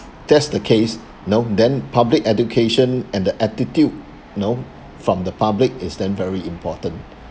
that's the case you know then public education and the attitude you know from the public is then very important